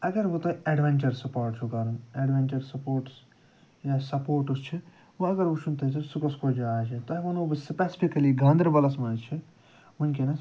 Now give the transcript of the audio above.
اَگر وۄنۍ تۄہہِ ایٚڈویٚنچَر سٕپاٹ چھُو کَرُن ایٚڈویٚنچَر سٕپورٹٕس یا سَپورٹٕس چھِ وۄنۍ اگر وُچھُن چھُو تۄہہِ سۄ کۄس کۄس جاے چھِ تۄہہِ وَنہو بہٕ سٕپیسفِکلی گاندَربَلَس منٛز چھِ وُنٛکیٚس